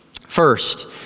First